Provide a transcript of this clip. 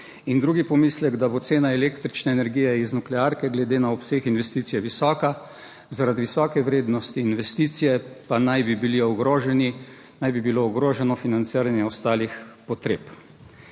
drugi pomislek, da bo cena električne energije iz nuklearke glede na obseg investicij visoka, zaradi visoke vrednosti investicije pa naj bi bili ogroženo financiranje ostalih potreb.